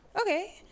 okay